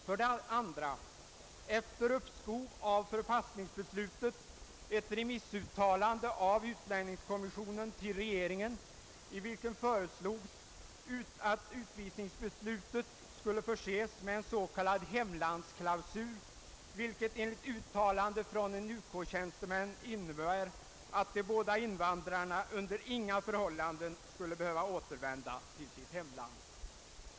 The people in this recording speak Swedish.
För det andra gjorde utlänningskommissionen ett remissuttalande till regeringen — efter uppskov med förpassningsbeslutet — i vilket kommissionen föreslog att utvisningsbeslutet skulle förses med s.k. hemlandsklausul, som enligt uttalande av en UK-tjänsteman innebar att de båda invandrarna under inga förhållanden skulle behöva återvända till sitt hemland.